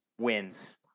wins